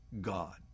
God